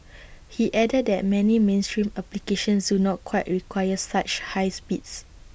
he added that many mainstream applications do not quite require such high speeds